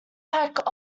pack